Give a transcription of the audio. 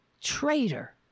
traitor